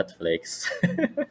Netflix